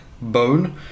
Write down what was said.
Bone